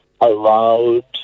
allowed